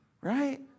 right